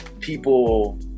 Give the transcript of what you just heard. people